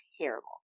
terrible